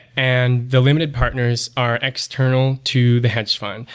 and the limited partners are external to the hedge fund,